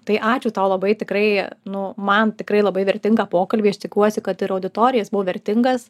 tai ačiū tau labai tikrai nu man tikrai labai vertingą pokalbį aš tikiuosi kad ir auditorijai jis buvo vertingas